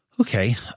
Okay